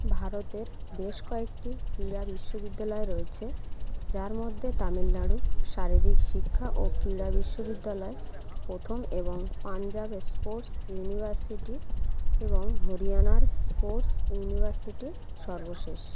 ভারতের বেশ কয়েকটি ক্রীড়া বিশ্ববিদ্যালয় রয়েছে যার মধ্যে তামিলনাড়ু শারীরিক শিক্ষা ও ক্রীড়া বিশ্ববিদ্যালয় প্রথম এবং পাঞ্জাবে স্পোর্টস ইউনিভার্সিটি এবং হরিয়ানার স্পোর্টস ইউনিভার্সিটি সর্বশেষ